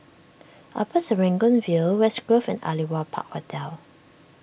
Upper Serangoon View West Grove and Aliwal Park Hotel